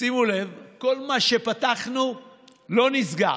שימו לב: כל מה שפתחנו לא נסגר.